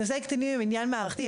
"נושאי קטינים הם עניין מערכתי,